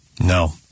no